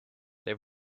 they